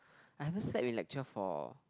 I haven't slept in lecture for